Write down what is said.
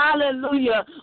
Hallelujah